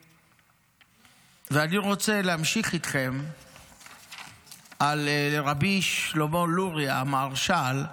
ואני רוצה להמשיך איתכם לרבי שלמה לוריא, המהרש"ל,